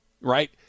right